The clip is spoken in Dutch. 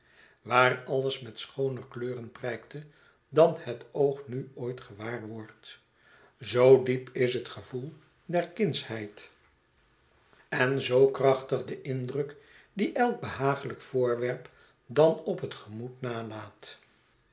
waar alles met schooner kleuren prijkte dan het oog nu ooit gewaar wordt zoo diep is het gevoel der kindsheid en zoo krachtig de indruk dien elk behaaglijk voorwerp dan op het gemoed nalaat